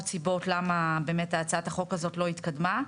סיבות למה הצעת החוק הזאת לא התקדמה.